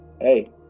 hey